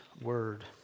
word